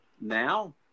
Now